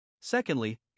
Secondly